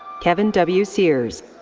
kevin w. sears.